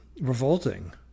Revolting